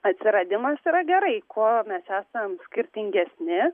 atsiradimas yra gerai kuo mes esam skirtingesni